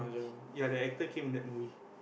ya the actor came in that movie